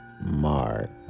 mark